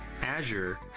Azure